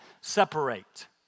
separate